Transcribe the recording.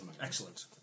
Excellent